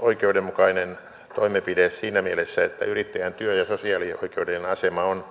oikeudenmukainen toimenpide siinä mielessä että yrittäjän työ ja sosiaalioikeudellinen asema on